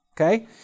Okay